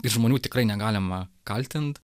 ir žmonių tikrai negalima kaltint